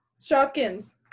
Shopkins